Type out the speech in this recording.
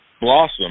blossom